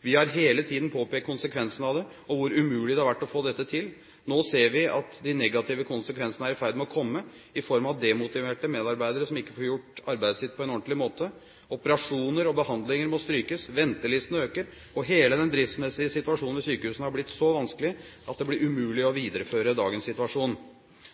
Vi har hele tiden påpekt konsekvensene av dette, og hvor umulig det har vært å få dette til. Nå ser vi at de negative konsekvensene er i ferd med å komme i form av demotiverte medarbeidere, som ikke får gjort arbeidet sitt på en ordentlig måte.» «Operasjoner og behandlinger må strykes, ventelistene øker, og hele den driftsmessige situasjonen ved sykehusene har blitt så vanskelig at det blir umulig å videreføre dagens situasjon.»